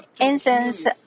incense